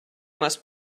must